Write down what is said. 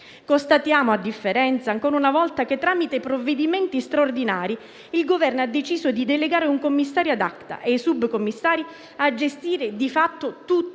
constatiamo ancora una volta che, tramite i provvedimenti straordinari, il Governo ha deciso di delegare un commissario *ad acta* e i subcommissari a gestire di fatto tutta